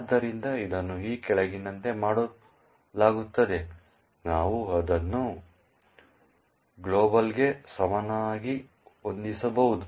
ಆದ್ದರಿಂದ ಇದನ್ನು ಈ ಕೆಳಗಿನಂತೆ ಮಾಡಲಾಗುತ್ತದೆ ನಾವು ಅದನ್ನು ಗ್ಲೋಬ್ಗೆ ಸಮಾನವಾಗಿ ಹೊಂದಿಸಬಹುದು